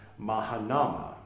Mahanama